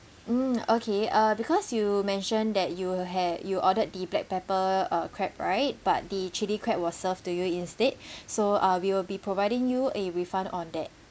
mm okay uh because you mention that you had you ordered the black pepper uh crab right but the chili crab was served to you instead so uh we will be providing you a refund on that